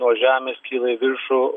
nuo žemės kyla į viršų